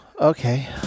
okay